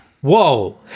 Whoa